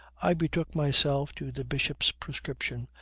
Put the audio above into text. i betook myself to the bishop's prescription,